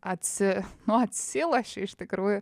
atsi nu atsiloši iš tikrųjų